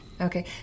Okay